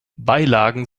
beilagen